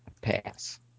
Pass